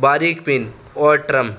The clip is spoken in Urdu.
باریک پن اور ٹرم